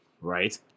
Right